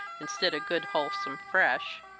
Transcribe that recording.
instead of good, wholesome fresh.